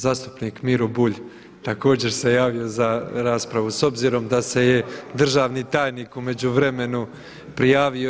Zastupnik Miro Bulj, također se javio za raspravu s obzirom da se je državni tajnik u međuvremenu prijavio.